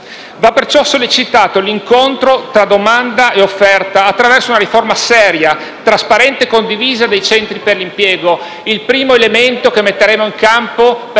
Va perciò sollecitato l'incontro tra domanda e offerta, attraverso una riforma seria, trasparente e condivisa dei centri per l'impiego. È questo il primo elemento che metteremo in campo, per